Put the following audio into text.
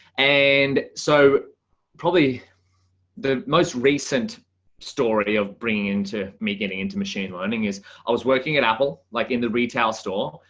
and so probably the most recent story of bringing into me getting into machine learning is i was working at apple like in the retail store.